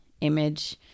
image